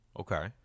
Okay